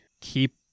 keep